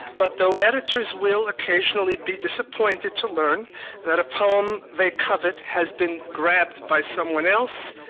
but though editors will occasionally be disappointed to learn that a poem they covet has been grabbed by someone else,